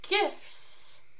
Gifts